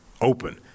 open